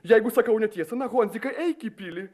jeigu sakau netiesą na honzikai eik į pilį